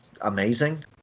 amazing